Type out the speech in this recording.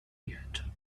yet